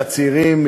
של הצעירים,